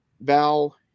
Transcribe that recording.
Val